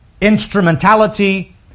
instrumentality